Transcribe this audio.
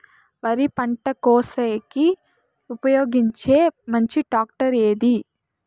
వరి పంట కోసేకి ఉపయోగించే మంచి టాక్టర్ ఏది?